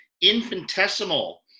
infinitesimal